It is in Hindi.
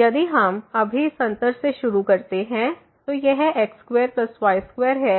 यदि हम अभी इस अंतर से शुरू करते हैं तो यह x2y2 है